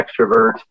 extrovert